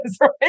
right